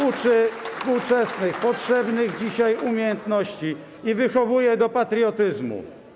Uczy współczesnych, potrzebnych dzisiaj umiejętności i wychowuje do patriotyzmu.